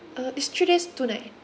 uh is three days two night